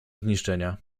zniszczenia